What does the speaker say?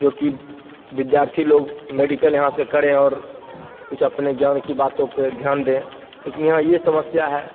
जो कि विद्यार्थी लोग मेडिकल यहाँ से करें और कुछ अपने ज्ञान की बातों पर ध्यान दे उसमें यह समस्या है